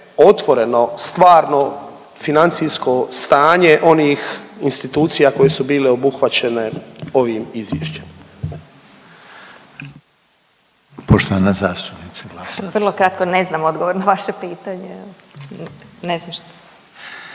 otvoreno stvarno financijsko stanje onih institucija koje su bile obuhvaćene ovim izvješćem?